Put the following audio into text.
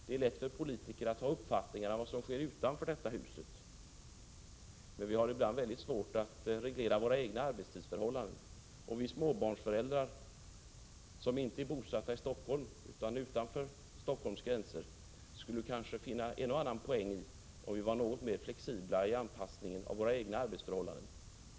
Det är lätt för politiker att ha uppfattningar om vad som sker utanför detta hus, men vi har ibland svårt att reglera våra egna arbetstidsförhållanden. Vi småbarnsföräldrar som är bosatta utanför Stockholms gränser skulle kanske finna en och annan poäng i en något större flexibilitet vid anpassningen av våra egna arbetsförhållanden.